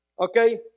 okay